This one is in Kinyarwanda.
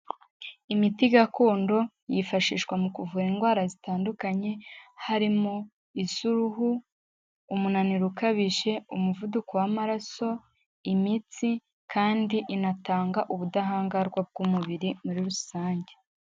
Imiti gakondo yifashishwa mu kuvura indwara zitandukanye, harimo iz'uruhu, umunaniro ukabije, umuvuduko w'amaraso, imitsi kandi inatanga ubudahangarwa bw'umubiri muri rusange.